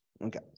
Okay